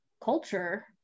culture